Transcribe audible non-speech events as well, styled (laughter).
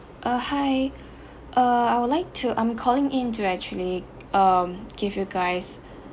uh hi (breath) uh I would like to I'm calling in to actually um give you guys